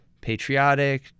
patriotic